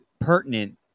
pertinent